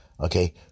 Okay